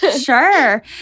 Sure